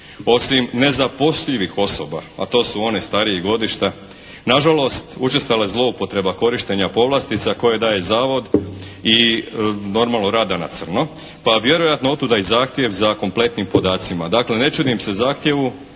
Osim nezaposlivih osoba, a to su one starijih godišta, na žalost učestala je zloupotreba korištenja povlastica koje daje zavod i normalno rada na crno, pa vjerojatno od tuda i zahtjev za kompletnim podacima. Dakle ne čudim se zahtjevu